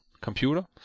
computer